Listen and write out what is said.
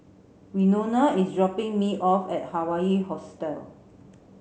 Winona is dropping me off at Hawaii Hostel